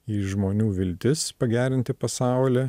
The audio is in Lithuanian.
į žmonių viltis pagerinti pasaulį